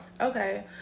Okay